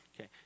okay